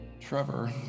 Trevor